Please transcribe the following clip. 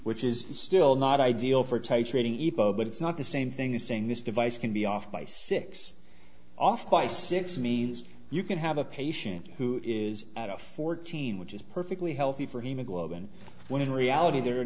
which is still not ideal for titrating eva but it's not the same thing as saying this device can be off by six off by six means you can have a patient who is fourteen which is perfectly healthy for hemoglobin when in reality they're